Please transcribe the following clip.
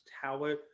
Tower